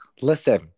Listen